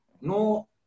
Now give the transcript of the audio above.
no